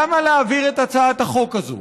למה להעביר את הצעת החוק הזו?